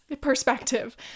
perspective